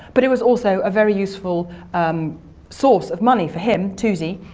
but it was also a very useful source of money for him, toosey.